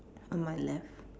on my left